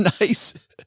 nice